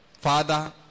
father